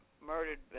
murdered